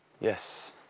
Yes